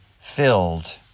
filled